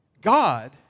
God